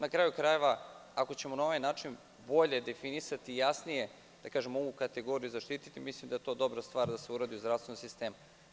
Na kraju krajeva, ako ćemo na ovaj način bolje definisati i jasnije ovu kategoriju zaštiti, mislim da je to dobra stvar da se uradi u zdravstvenom sistemu.